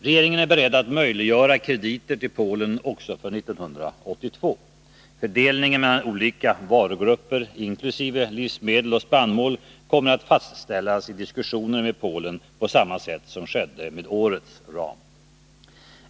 Regeringen är beredd att möjliggöra krediter till Polen också för 1982. Fördelningen mellan olika varugrupper, inkl. livsmedel och spannmål, kommer att fastställas i diskussioner med Polen på samma sätt som skedde med årets ram.